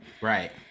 Right